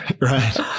Right